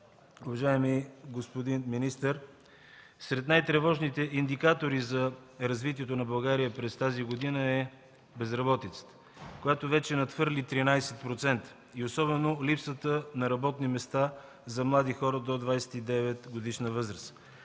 Уважаеми господин министър, сред най-тревожните индикатори за развитието на България през тази година е безработицата, която вече надхвърли 13%, и особено липсата на работни места за млади хора до 29-годишна възраст.